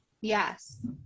yes